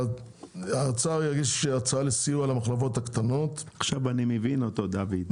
האוצר יגיש הצעה לסיוע למחלבות הקטנות --- עכשיו אני מבין אותו דוד.